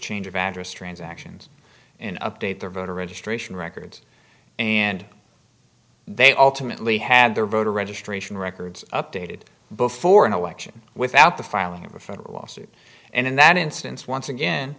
change of address transactions and update their voter registration records and they alternately had their voter registration records updated before an election without the filing of a federal lawsuit and in that instance once again